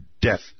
death